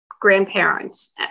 grandparents